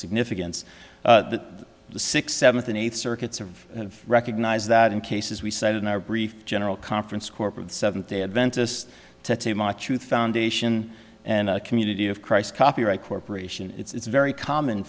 significance that the six seventh and eighth circuit sort of recognize that in cases we cited in our brief general conference corporate seventh day adventist foundation and community of christ copyright corporation it's very common